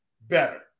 better